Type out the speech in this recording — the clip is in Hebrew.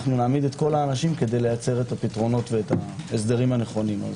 נעמיד את כל האנשים כדי לייצר את הפתרונות וההסדרים הנכונים.